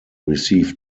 received